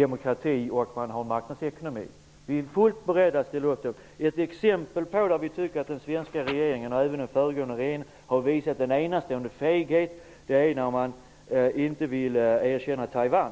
demokrati och marknadsekonomi. Vi är fullt beredda att ställa upp på det. Ett exempel där vi tycker att den svenska regeringen har visat en enastående feghet är i fråga om att inte erkänna Taiwan.